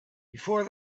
before